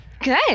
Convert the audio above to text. Good